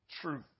truth